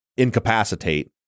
Incapacitate